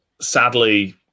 sadly